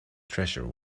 treasure